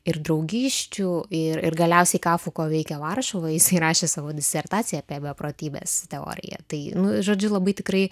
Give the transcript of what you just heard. ir draugysčių ir ir galiausiai ką fuko veikė varšuvoj jisai rašė savo disertaciją apie beprotybės teoriją tai nu žodžiu labai tikrai